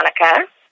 Monica